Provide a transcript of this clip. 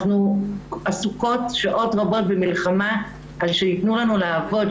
אנחנו עסוקות שעות רבות במלחמה כדי שיתנו לנו לעבוד,